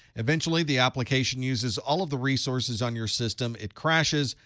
eventually, the application uses all of the resources on your system. it crashes.